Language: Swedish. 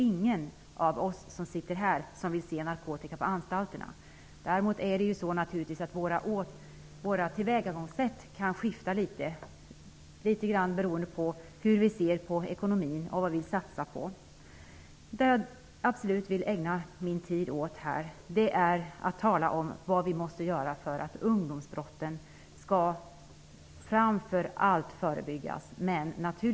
Ingen av oss här vill se narkotika på anstalerna. Däremot kan tillvägagångssätten skifta litet beroende på hur vi ser på ekonomin och vad vi vill satsa på. Vad jag absolut vill ägna tid åt är de åtgärder som behövs när det gäller ungdomsbrotten, framför allt i förebyggande syfte.